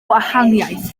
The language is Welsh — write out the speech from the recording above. gwahaniaeth